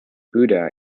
buda